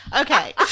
Okay